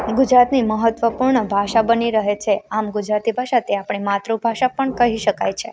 ગુજરાતની મહત્વપૂર્ણ ભાષા બની રહે છે આમ ગુજરાતી ભાષા તે આપણી માતૃભાષા પણ કહી શકાય છે